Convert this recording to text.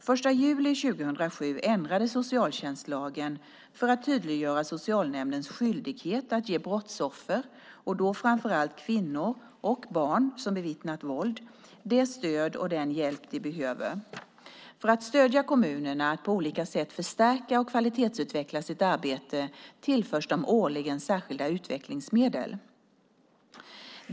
I juli 2007 ändrades socialtjänstlagen för att tydliggöra socialnämndens skyldighet att ge brottsoffer, och då framför allt kvinnor och barn som bevittnat våld, det stöd och den hjälp de behöver. För att stödja kommunerna att på olika sätt förstärka och kvalitetsutveckla sitt arbete tillförs de årligen särskilda utvecklingsmedel.